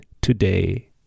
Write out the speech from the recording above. today